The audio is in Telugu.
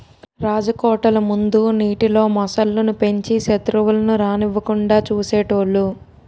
రాజకోటల ముందు నీటిలో మొసళ్ళు ను పెంచి సెత్రువులను రానివ్వకుండా చూసేటోలు